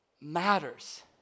matters